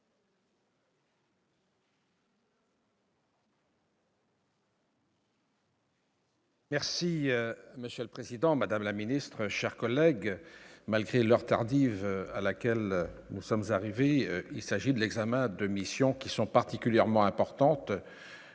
Merci Monsieur le Président, Madame la Ministre, chers collègues, malgré l'heure tardive à laquelle nous sommes arrivés, il s'agit de l'examen 2 missions qui sont particulièrement importantes